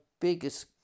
biggest